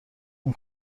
اون